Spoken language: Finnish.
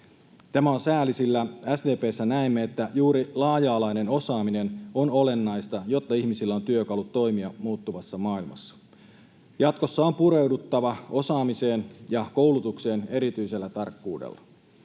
Tämä on sääli, sillä SDP:ssä näemme, että juuri laaja-alainen osaaminen on olennaista, jotta ihmisillä on työkalut toimia muuttuvassa maailmassa. Jatkossa on pureuduttava osaamiseen ja koulutukseen erityisellä tarkkuudella.